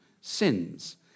sins